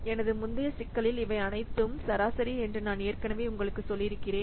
எனது முந்தைய சிக்கலில் இவை அனைத்தும் சராசரி என்று நான் ஏற்கனவே உங்களுக்குச் சொல்லியிருக்கிறேன்